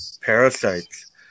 parasites